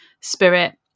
spirit